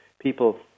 people